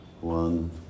One